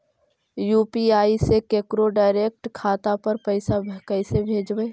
UPI से केकरो direct खाता पर पैसा कैसे भेजबै?